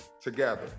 together